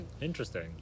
Interesting